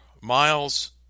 miles